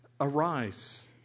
arise